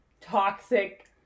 toxic